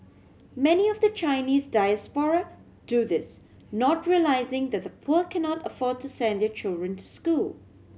many of the Chinese diaspora do this not realising that the poor cannot afford to send their children to school